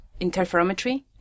interferometry